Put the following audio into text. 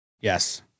Yes